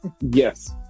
Yes